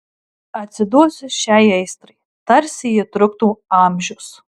atsiduosiu šiai aistrai tarsi ji truktų amžius